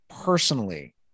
personally